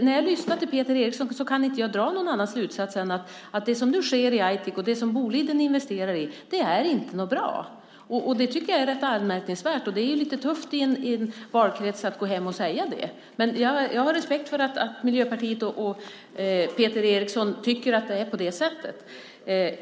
När jag lyssnar till Peter Eriksson kan jag inte dra någon annan slutsats än att det som nu sker i Aitik och det som Boliden investerar i inte är något bra. Det tycker jag är rätt anmärkningsvärt. Det är lite tufft att gå hem till valkretsen och säga det. Jag har respekt för att Miljöpartiet och Peter Eriksson tycker att det är på det sättet.